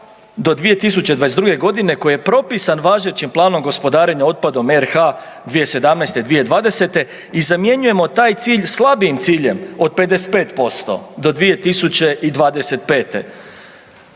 do 2022. g. koji je propisan važećim Planom gospodarenja otpada RH 2017.-2020. i zamjenjujemo taj cilj slabijim ciljem od 55% do 2025.